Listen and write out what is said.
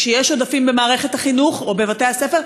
כשיש עודפים במערכת החינוך או בבתי-הספר,